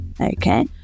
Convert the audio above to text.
okay